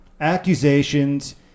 accusations